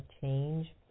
change